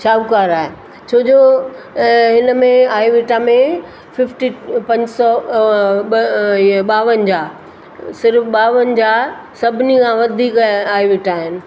शाहूकारु आहे छोजो हिन में आएविटा मे फिफ्टी पंज सौ ॿ इहे ॿावंजाह सिर्फ़ु ॿावंजाह सभिनी खां वधीक आएविटा आहिनि